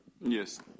Yes